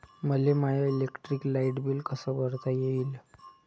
मले my electric light bill कस भरता येईल?